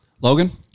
Logan